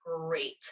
great